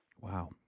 Wow